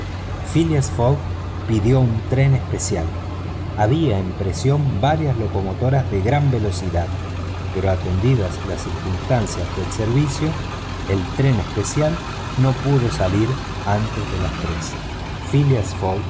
pidió un tren especial había en presión varias locomotoras de gran velocidad pero atendidas las circunstancias del servicio el tren especial no pudo salir antes de las tres phileas